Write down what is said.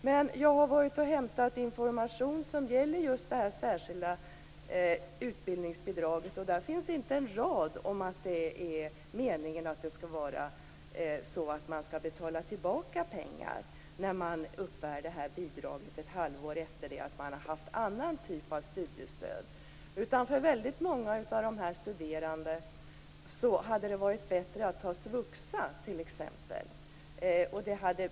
Men jag har varit och hämtat information som gäller just det särskilda utbildningsbidraget, och där finns inte en rad om att det är meningen att man skall betala tillbaka pengar när man uppbär det här bidraget ett halvår efter det att man haft annan typ av studiestöd. För väldigt många av dessa studerande hade det varit bättre att ta t.ex. svuxa.